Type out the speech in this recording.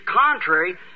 contrary